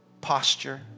posture